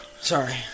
Sorry